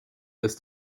this